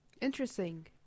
Interesting